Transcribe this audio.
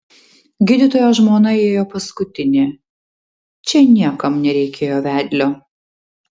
gydytojo žmona įėjo paskutinė čia niekam nereikėjo vedlio